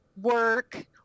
work